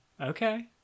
Okay